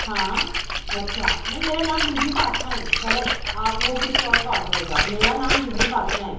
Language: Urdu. ہاں اچھا نہیں میرا نام بی بی فاطمہ ہے غلط آپ وہ کسی اور کا آڈر ہوگا میرا نام بی بی فاطمہ ہے